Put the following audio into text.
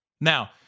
Now